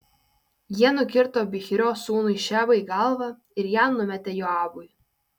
jie nukirto bichrio sūnui šebai galvą ir ją numetė joabui